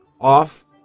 off